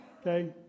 Okay